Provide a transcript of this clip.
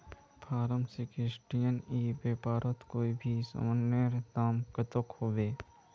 Form sixteen ई व्यापारोत कोई भी सामानेर दाम कतेक होबे?